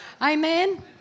Amen